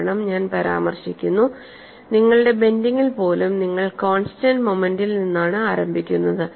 കാരണം ഞാൻ പരാമർശിക്കുന്നുനിങ്ങളുടെ ബെൻഡിങ്ങിൽ പോലും നിങ്ങൾ കോൺസ്റ്റന്റ് മൊമെന്റിൽ നിന്നാണ് ആരംഭിക്കുന്നത്